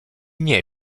nie